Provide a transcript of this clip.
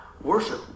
worship